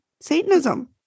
Satanism